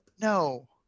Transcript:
No